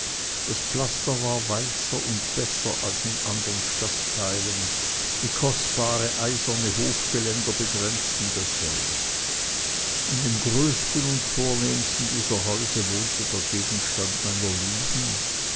das pflaster war weißer und besser als in anderen stadtteilen und kostbare eiserne hofgeländer begrenzten dasselbe in dem größten und vornehmsten dieser häuser wohnte der gegenstand meiner lügen